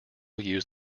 use